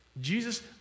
Jesus